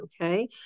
okay